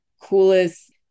coolest